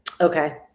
okay